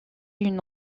une